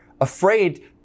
afraid